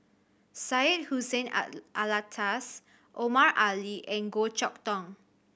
Syed Hussein Alatas Omar Ali and Goh Chok Tong